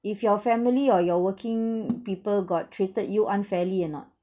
if your family or your working people got treated you unfairly or not